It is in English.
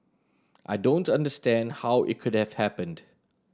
I don't understand how it could have happened